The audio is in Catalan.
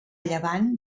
llevant